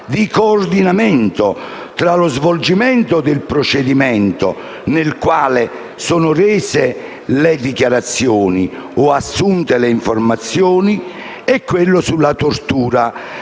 di coordinamento tra lo svolgimento del procedimento nel quale sono rese le dichiarazioni o assunte le informazioni e lo svolgimento